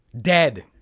dead